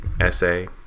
essay